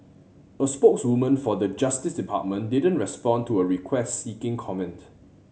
a spokeswoman for the Justice Department didn't respond to a request seeking comment